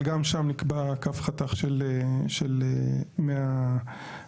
אבל גם שם נקבע קו חתך של 100 מגה.